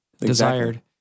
desired